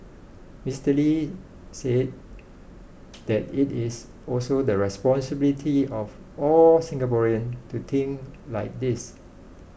Mister Lee said that it is also the responsibility of all Singaporean to think like this